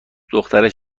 دخترش